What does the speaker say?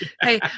Hey